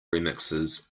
remixes